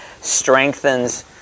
strengthens